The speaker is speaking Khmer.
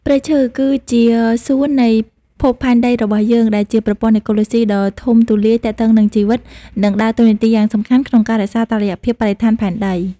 ព្រៃឈើ គឺជាសួតនៃភពផែនដីរបស់យើង ដែលជាប្រព័ន្ធអេកូឡូស៊ីដ៏ធំទូលាយទាក់ទងនឹងជីវិត និងដើរតួនាទីយ៉ាងសំខាន់ក្នុងការរក្សាតុល្យភាពបរិស្ថានផែនដី។